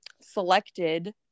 selected